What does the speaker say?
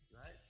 right